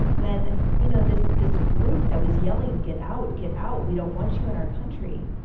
than you know this this group that was yelling, get out, get out! we don't want you in our country!